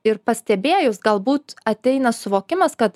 ir pastebėjus galbūt ateina suvokimas kad